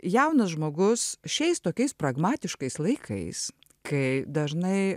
jaunas žmogus šiais tokiais pragmatiškais laikais kai dažnai